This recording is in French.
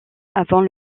avant